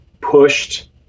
pushed